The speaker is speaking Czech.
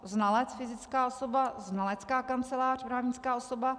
Znalec fyzická osoba, znalecká kancelář právnická osoba.